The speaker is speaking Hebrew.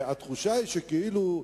התחושה היא שכאילו,